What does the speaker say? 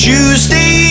Tuesday